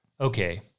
Okay